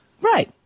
right